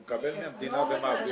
הוא מקבל מהמדינה -- לא,